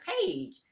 page